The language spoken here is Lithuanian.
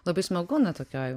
labai smagu na tokioj